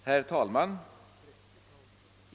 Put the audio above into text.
Herr talman!